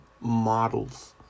models